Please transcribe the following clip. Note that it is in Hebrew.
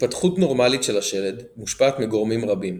התפתחות נורמלית של השלד מושפעת מגורמים רבים,